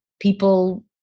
people